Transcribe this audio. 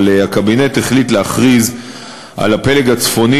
אבל הקבינט החליט להכריז על הפלג הצפוני